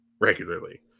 regularly